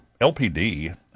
LPD